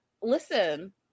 Listen